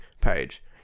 page